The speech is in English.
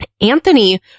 Anthony